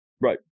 Right